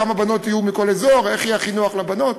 כמה בנות יהיו מכל אזור ואיך יהיה הכי נוח לבנות.